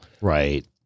Right